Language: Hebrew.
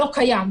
לא קיים.